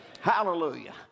Hallelujah